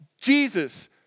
Jesus